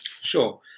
Sure